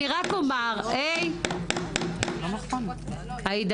אני רק אומר שבסוף, אם רוצים